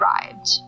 arrived